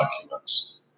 documents